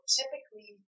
typically